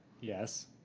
Yes